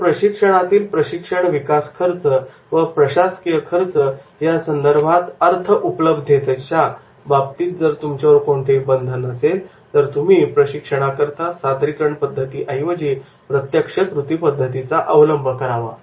जर प्रशिक्षणातील प्रशिक्षण विकास खर्च व प्रशासकीय खर्च यासंदर्भात अर्थ उपलब्धतेच्या बाबतीत जर तुमच्यावर कोणतेही बंधन नसेल तर तुम्ही प्रशिक्षणाकरता सादरीकरण पद्धतीच्या ऐवजी प्रत्यक्ष कृती पद्धतीचा अवलंब करावा